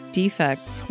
defects